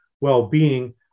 well-being